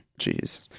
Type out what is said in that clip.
Jeez